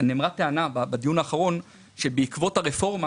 נאמרה טענה בדיון האחרון שבעקבות הרפורמה